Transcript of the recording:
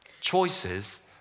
choices